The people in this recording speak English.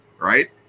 right